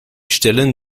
stellen